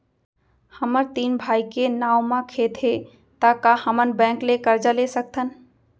हमर तीन भाई के नाव म खेत हे त का हमन बैंक ले करजा ले सकथन?